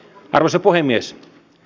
arvoisa puhemies